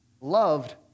loved